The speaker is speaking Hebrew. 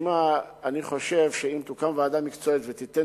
אני חושב שאם תוקם ועדה מקצועית ותיתן